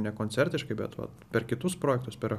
nekoncertiškai bet va per kitus projektus per